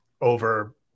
over